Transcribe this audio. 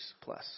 plus